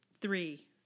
three